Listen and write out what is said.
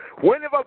whenever